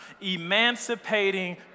Emancipating